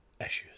issues